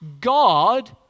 God